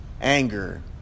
anger